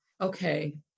okay